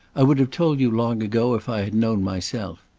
i would have told you long ago if i had known myself.